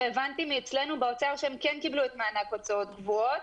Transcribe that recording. והבנתי אצלנו באוצר שהם כן קיבלו מענק הוצאות קבועות.